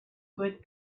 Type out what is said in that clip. good